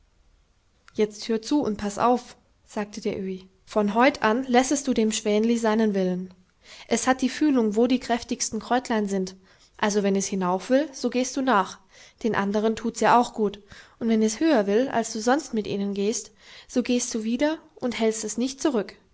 jetzt hör zu und paß auf sagte der öhi von heut an lässest du dem schwänli seinen willen es hat die fühlung wo die kräftigsten kräutlein sind also wenn es hinauf will so gehst du nach den anderen tut's ja auch gut und wenn es höher will als du sonst mit ihnen gehst so gehst du wieder und hältst es nicht zurück